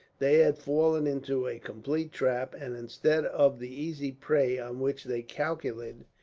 they had fallen into a complete trap, and instead of the easy prey on which they calculated,